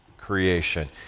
creation